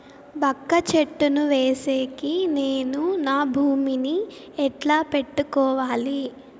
వక్క చెట్టును వేసేకి నేను నా భూమి ని ఎట్లా పెట్టుకోవాలి?